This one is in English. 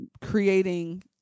creating